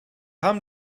haben